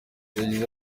yagize